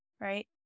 right